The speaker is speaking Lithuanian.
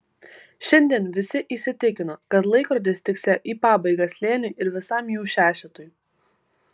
šiandien visi įsitikino kad laikrodis tiksėjo į pabaigą slėniui ir visam jų šešetui